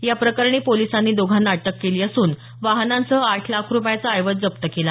या प्रकरणी पोलिसांनी दोघांना अटक केली असून वाहनांसह आठ लाख रुपयांचा ऐवज जप्त केला